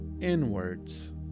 inwards